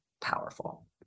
powerful